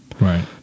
Right